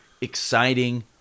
exciting